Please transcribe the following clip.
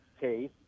case